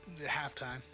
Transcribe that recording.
halftime